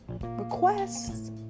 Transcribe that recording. Requests